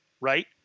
right